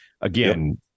again